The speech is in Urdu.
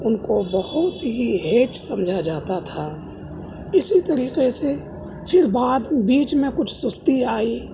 ان کو بہت ہی ہیچ سمجھا جاتا تھا اسی طریقہ سے پھر بعد بیچ میں کچھ سستی آئی